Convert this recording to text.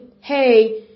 hey